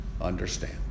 understand